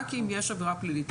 רק אם יש עבירה פלילית.